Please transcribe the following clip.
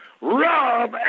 Rob